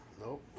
Nope